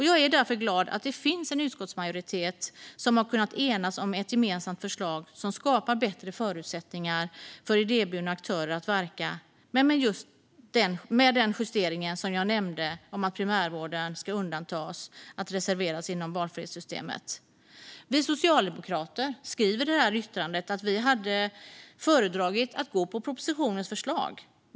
Jag är därför glad att det finns en utskottsmajoritet som har kunnat enas om ett gemensamt förslag som skapar bättre förutsättningar för idéburna aktörer att verka, med den justering som jag nämnde: att primärvården ska undantas från möjligheten att reservera deltagande i valfrihetssystem. Vi socialdemokrater skriver i yttrandet att vi hade föredragit att gå på propositionens förslag.